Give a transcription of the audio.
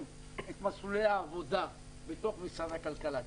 את מסלולי העבודה בתוך משרד הכלכלה.